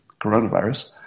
coronavirus